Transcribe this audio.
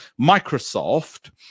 Microsoft